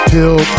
Pill